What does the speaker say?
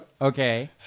Okay